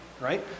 Right